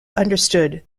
understood